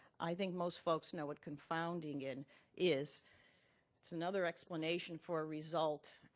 i think most folks know what confounding and is it's another explanation for result.